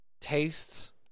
Tastes